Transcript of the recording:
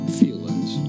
feelings